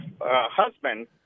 husband